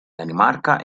danimarca